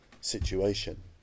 situation